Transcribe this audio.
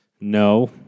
No